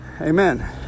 amen